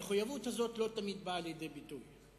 המחויבות הזאת לא תמיד באה לידי ביטוי.